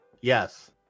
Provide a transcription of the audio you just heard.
Yes